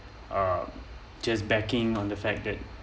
um just backing on the fact that